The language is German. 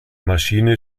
maschine